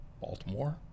Baltimore